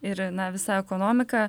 ir na visa ekonomika